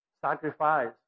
sacrifice